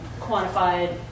quantified